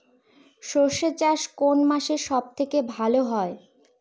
সর্ষে চাষ কোন মাসে সব থেকে ভালো হয়?